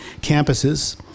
campuses